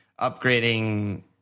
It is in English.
upgrading